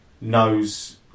knows